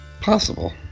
possible